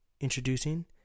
Introducing